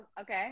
Okay